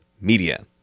Media